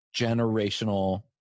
generational